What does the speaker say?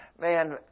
man